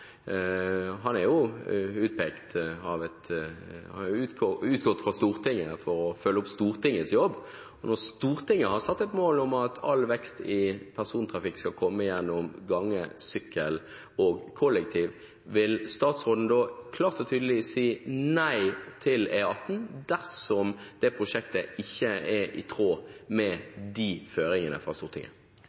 Han er utgått fra Stortinget for å følge opp Stortingets jobb. Når Stortinget har satt et mål om at all vekst i persontrafikk skal komme gjennom kollektivtrafikk, sykkel og gange, vil statsråden da klart og tydelig si nei til E18 dersom det prosjektet ikke er i tråd med disse føringene fra Stortinget?